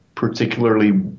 Particularly